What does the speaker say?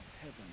heaven